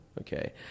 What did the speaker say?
Okay